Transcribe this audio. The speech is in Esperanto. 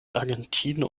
argentino